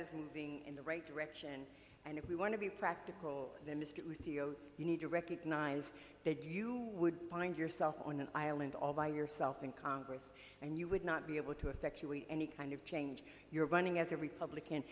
is moving in the right direction and if we want to be practical then mr you need to recognize that you would find yourself on an island all by yourself in congress and you would not be able to effectuate any kind of change you're running as a republican